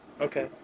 Okay